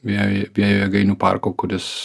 vėjo vėjo jėgainių parko kuris